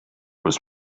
was